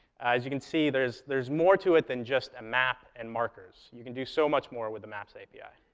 as you can see, there's there's more to it than just a map and markers. you can do so much more with the maps api.